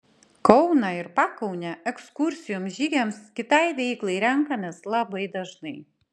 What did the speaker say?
kauną ir pakaunę ekskursijoms žygiams kitai veiklai renkamės labai dažnai